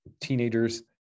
teenagers